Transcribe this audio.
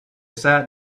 sat